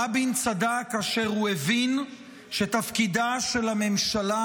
רבין צדק כאשר הוא הבין שתפקידה של הממשלה